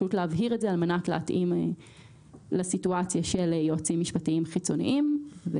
הבהרנו את זה כדי להתאים לסיטואציה של יועצים משפטיים חיצוניים.